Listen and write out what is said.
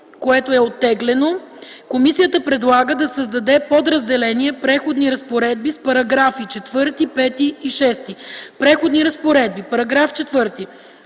което е оттеглено. Комисията предлага да се създаде подразделение „Преходни разпоредби” с параграфи 4, 5 и 6: „Преходни разпоредби § 4.